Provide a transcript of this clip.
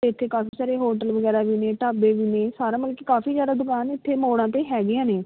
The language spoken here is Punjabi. ਇੱਥੇ ਕਾਫ਼ੀ ਸਾਰੇ ਹੋਟਲ ਵਗੈਰਾ ਵੀ ਨੇ ਢਾਬੇ ਵੀ ਨੇ ਸਾਰਾ ਮਤਲਬ ਕੀ ਕਾਫ਼ੀ ਜ਼ਿਆਦਾ ਦੁਕਾਨ ਇੱਥੇ ਮੋੜਾਂ 'ਤੇ ਹੈਗੀਆਂ ਨੇ